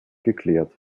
geklärt